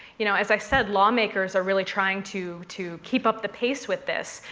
you know, as i said, lawmakers are really trying to to keep up the pace with this,